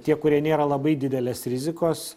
tie kurie nėra labai didelės rizikos